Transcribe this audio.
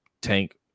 Tank